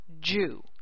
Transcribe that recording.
Jew